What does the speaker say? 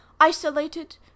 isolated